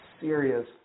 serious